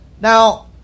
Now